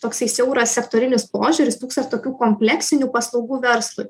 toksai siauras sektorinis požiūris trūksta ir tokių kompleksinių paslaugų verslui